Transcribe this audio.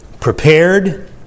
prepared